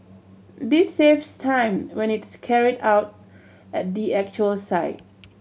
this saves time when it is carried out at the actual site